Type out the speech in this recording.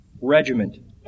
regiment